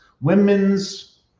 women's